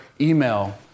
email